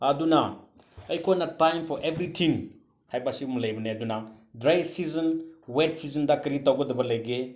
ꯑꯗꯨꯅ ꯑꯩꯈꯣꯏꯅ time for everything ꯍꯥꯏꯕ ꯁꯤꯃ ꯂꯩꯕꯅꯦ ꯑꯗꯨꯅ ꯗ꯭ꯔꯥꯏ ꯁꯤꯖꯟ ꯋꯦꯠ ꯁꯤꯖꯟꯗ ꯀꯔꯤ ꯇꯧꯒꯗꯕ ꯂꯩꯒꯦ